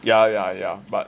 ya ya ya but